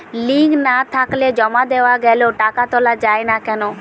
Link না থাকলে জমা দেওয়া গেলেও টাকা তোলা য়ায় না কেন?